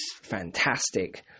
fantastic